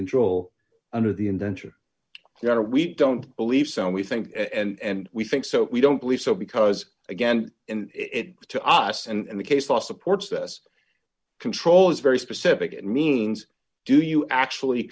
control under the indenture you know we don't believe so and we think and we think so we don't believe so because again in it to us and the case law supports this control is very specific and means do you actually